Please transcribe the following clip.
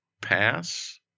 Pass